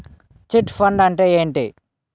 Chit fund అంటే ఏంటి?